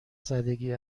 زدگی